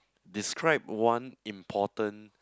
describe one important